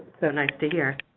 so nice to hear.